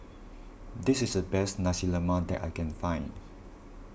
this is the best Nasi Lemak that I can find